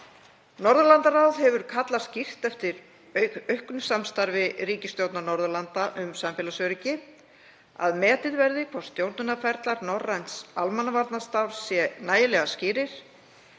Norðurlandaráð hefur kallað skýrt eftir auknu samstarfi ríkisstjórna Norðurlanda um samfélagsöryggi, að metið verði hvort stjórnunarferlar norræns almannavarnastarfs séu nægilega skýrir